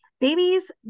Babies